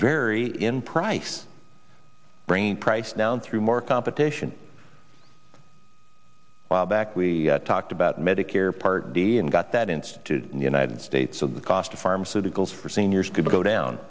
vary in price bringing price down through more competition while back we talked about medicare part d and got that institute in the united states so the cost of pharmaceuticals for seniors could go down